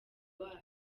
wayo